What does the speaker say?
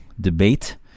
debate